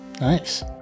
Nice